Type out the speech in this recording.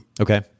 Okay